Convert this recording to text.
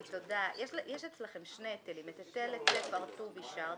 יש אצלכם שני היטלים את היטל היצף הר טוב אישרתם,